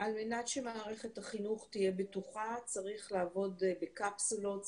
על מנת שמערכת החינוך תהיה בטוחה צריך לעבוד בקפסולות,